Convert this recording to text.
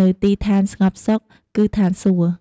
នៅទីឋានស្ងប់សុខ គឺឋានសួគ៍។